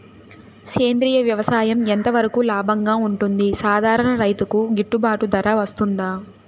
సేంద్రియ వ్యవసాయం ఎంత వరకు లాభంగా ఉంటుంది, సాధారణ రైతుకు గిట్టుబాటు ధర వస్తుందా?